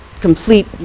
complete